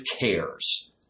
cares